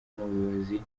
n’ubuyobozi